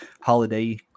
holiday